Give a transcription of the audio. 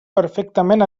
perfectament